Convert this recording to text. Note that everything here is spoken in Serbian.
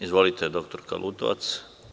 Izvolite, dr Lutovac.